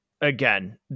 again